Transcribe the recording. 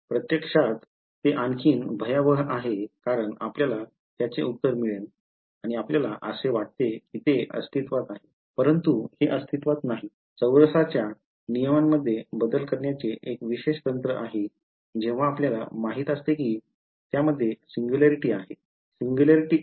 तर प्रत्यक्षात ते आणखी भयावह आहे कारण आपल्याला त्याचे उत्तर मिळेल आणि आपल्याला असे वाटते की ते अस्तित्त्वात आहे परंतु हे अस्तित्त्वात नाही चौरसाच्या नियमांमध्ये बदल करण्याचे एक विशेष तंत्र आहे जेव्हा आपल्याला माहित असते की त्यामध्ये सिंग्युलॅरिटी आहे